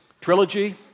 trilogy